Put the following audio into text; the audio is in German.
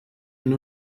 hin